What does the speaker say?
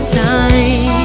time